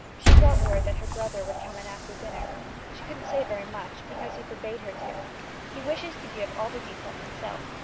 she brought word that her brother would come in after dinner she couldn't say very much, because he forbade her to he wishes to give all the details himself.